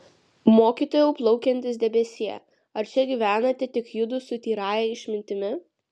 mokytojau plaukiantis debesie ar čia gyvenate tik judu su tyrąja išmintimi